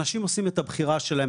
אנשים עושים את הבחירה שלהם.